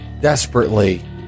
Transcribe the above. desperately